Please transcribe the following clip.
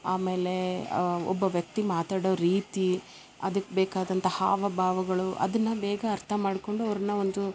ಆಮೇಲೆ ಒಬ್ಬ ವ್ಯಕ್ತಿ ಮಾತಾಡೋ ರೀತಿ ಅದಕ್ಕೆ ಬೇಕಾದಂಥಾ ಹಾವ ಭಾವಗಳು ಅದನ್ನ ಬೇಗ ಅರ್ತ ಮಾಡ್ಕೊಂಡು ಅವರನ್ನ ಒಂದು